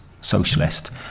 socialist